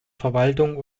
verwaltung